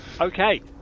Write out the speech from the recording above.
okay